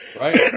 Right